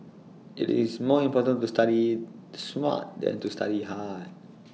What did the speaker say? IT is more important to study smart than to study hard